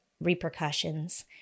repercussions